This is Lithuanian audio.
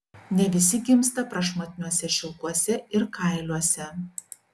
ne visi gimsta prašmatniuose šilkuose ir kailiuose